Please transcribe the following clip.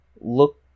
look